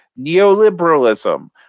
neoliberalism